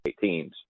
teams